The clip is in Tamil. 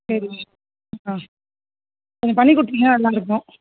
சரி ஆ கொஞ்சம் பண்ணி கொடுத்தீங்கன்னா நல்லாயிருக்கும்